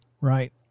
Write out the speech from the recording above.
right